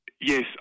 Yes